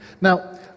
now